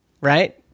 right